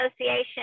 Association